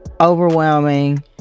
overwhelming